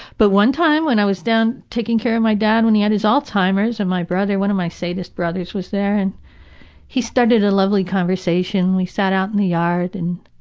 but one time when i was down taking care of my dad when he had alzheimer's and my brother. one of my sadist brothers was there and he started a lovely conversation. we sat out in the yard and